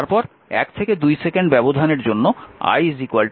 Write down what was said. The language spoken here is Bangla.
তারপর 1 থেকে 2 সেকেন্ড ব্যবধানের জন্য i 3 t2